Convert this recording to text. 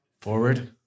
Forward